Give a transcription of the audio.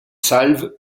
salves